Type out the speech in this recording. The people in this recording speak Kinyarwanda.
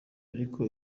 ariko